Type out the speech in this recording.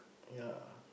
ya